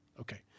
okay